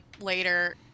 later